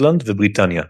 אירלנד ובריטניה.